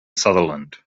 sutherland